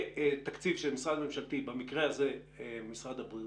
בתקציב של משרד ממשלתי, במקרה הזה משרד הבריאות,